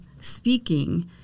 speaking